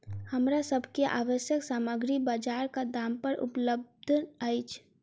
हमरा सभ के आवश्यक सामग्री बजारक दाम पर उपलबध अछि